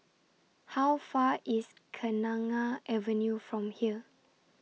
How Far IS Kenanga Avenue from here